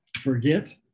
forget